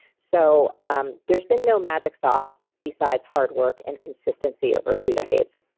so um there's been no magic sauce besides hard work and consistency over two decades.